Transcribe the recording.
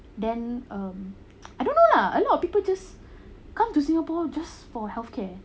then um I don't know lah a lot of people just come to singapore just for healthcare